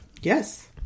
Yes